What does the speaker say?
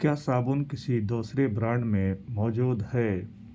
کیا صابن کسی دوسرے برانڈ میں موجود ہے